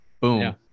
Boom